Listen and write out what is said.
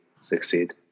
succeed